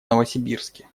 новосибирске